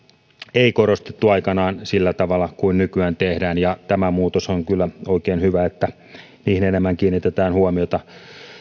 ei korostettu aikanaan sillä tavalla kuin nykyään tehdään ja tämä muutos on kyllä oikein hyvä että niihin kiinnitetään enemmän huomiota